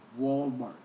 Walmart